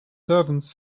servants